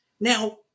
Now